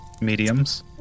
Mediums